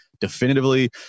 definitively